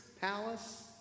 palace